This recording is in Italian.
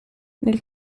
nel